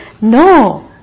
No